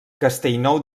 castellnou